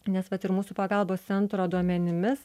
nes vat ir mūsų pagalbos centro duomenimis